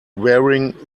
wearing